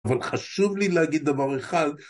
אבל חשוב לי להגיד דבר אחד.